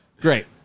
great